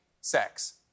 sex